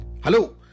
Hello